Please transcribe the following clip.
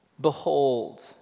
Behold